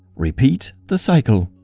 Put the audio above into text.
repeat the cycle.